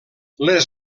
les